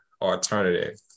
alternative